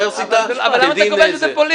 אוניברסיטה כדין --- אבל למה אתה קובע שזה פוליטי?